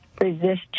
resist